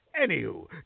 Anywho